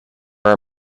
are